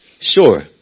Sure